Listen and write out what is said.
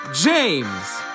James